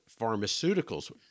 pharmaceuticals